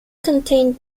contained